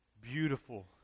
Beautiful